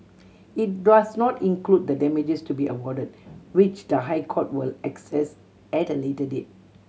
it does not include the damages to be awarded which the High Court will assess at a later date